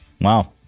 Wow